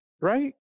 right